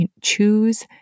choose